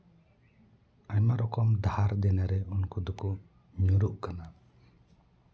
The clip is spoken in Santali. ᱟᱭᱢᱟ ᱨᱚᱠᱚᱢ ᱫᱷᱟᱨ ᱫᱮᱱᱟ ᱨᱮ ᱩᱱᱠᱩ ᱫᱚᱠᱚ ᱧᱩᱨᱩᱜ ᱠᱟᱱᱟ